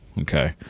Okay